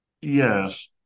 yes